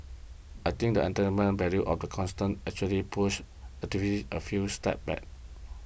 I think that entertainment value of the actually pushed activism a few steps back